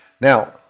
now